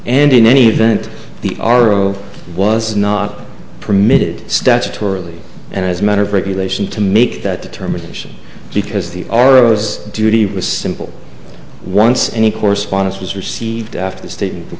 and in any event the r of was not permitted statutorily and as a matter of regulation to make that determination because the aros duty was simple once any correspondence was received after the state in the